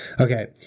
Okay